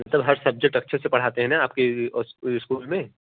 तो हर सब्जेक्ट अच्छे से पढ़ते है न आपके स्कूल में